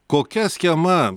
kokia schema